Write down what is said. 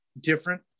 different